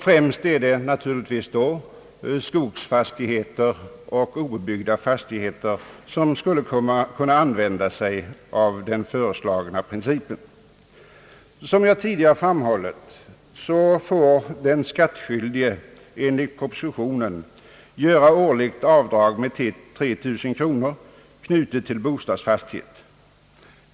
Främst är det ägare av skogsfastigheter och obe byggda fastigheter som skulle kunna använda den föreslagna principen. Som jag tidigare framhållit får den skattskyldige enligt propositionen göra ett årligt avdrag med 3 000 kronor, knutet till bostadsfastighet.